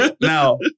Now